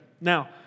Now